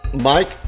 Mike